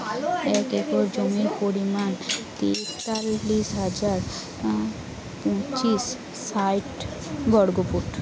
এক একর জমির পরিমাণ তেতাল্লিশ হাজার পাঁচশ ষাইট বর্গফুট